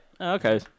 okay